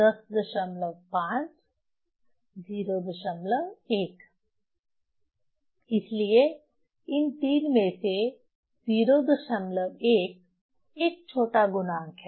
3 105 01 इसलिए इन 3 में से 01 एक छोटा गुणांक है